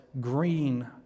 green